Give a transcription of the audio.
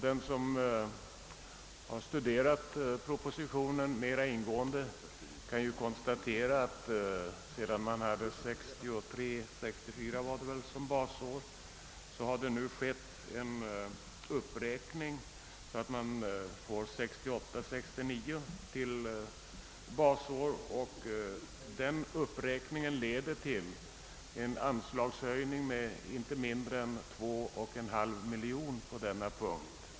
Den som har studerat propositionen mera ingående kan konstatera att medan budgetåret 1963 69 som basår. Detta innebär en uppräkning av anslaget med inte mindre än 2 '!/2 milj.kr. på denna punkt.